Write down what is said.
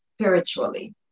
spiritually